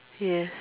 yes